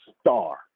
star